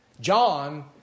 John